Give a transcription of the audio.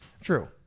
True